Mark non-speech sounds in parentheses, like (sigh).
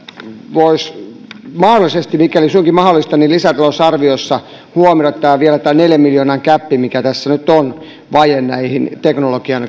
voisi mikäli suinkin mahdollista lisätalousarviossa huomioida vielä tämän neljän miljoonan gäpin mikä tässä nyt on vajeen teknologian (unintelligible)